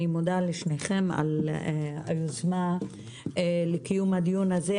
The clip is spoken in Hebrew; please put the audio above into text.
אני מודה לשניכם על היוזמה לקיום הדיון הזה,